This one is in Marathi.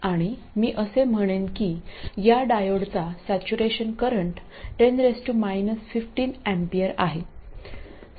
आणि मी असे म्हणेन की या डायोडचा सॅचूरेशन करंट 10 15 A आहे